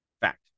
Fact